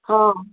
ହଁ